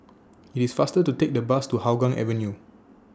IS IT faster to Take The Bus to Hougang Avenue